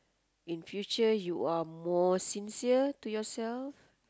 in future you are more sincere to yourself